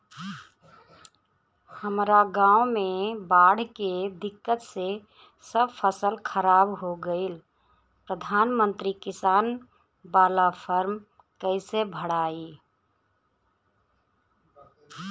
हमरा गांव मे बॉढ़ के दिक्कत से सब फसल खराब हो गईल प्रधानमंत्री किसान बाला फर्म कैसे भड़ाई?